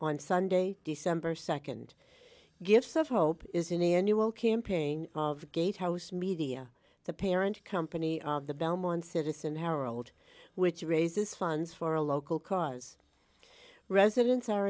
on sunday december nd gifts of hope is in a annual campaign of gatehouse media the parent company of the belmont citizen herald which raises funds for a local cause residents are